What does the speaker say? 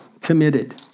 committed